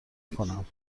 کنم